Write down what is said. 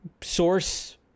source